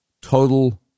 total